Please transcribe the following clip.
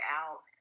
out